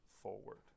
forward